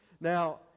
now